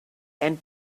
and